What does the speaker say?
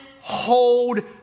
hold